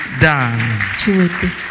done